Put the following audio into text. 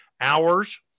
hours